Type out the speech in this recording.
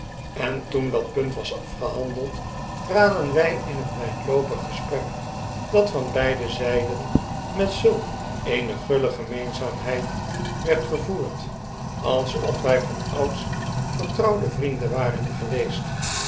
en toen dat punt was afgehandeld traden wy in een wijdloopig gesprek dat van beide zyden met zulk eene guile gemeenzaamheid werd gevoerd alsof wy vanouds vertrouwde vrienden waren geweest